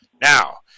Now